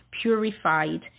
purified